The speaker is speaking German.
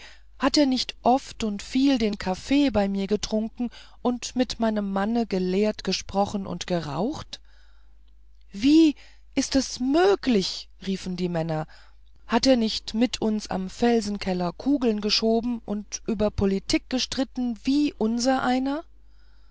hat er nicht oft und viel den kaffee bei mir getrunken und mit meinem mann gelehrt gesprochen und geraucht wie ist es möglich riefen die männer hat er nicht mit uns am felsenkeller kugeln geschoben und über politik gestritten wie unsereiner